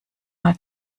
mal